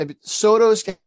Soto's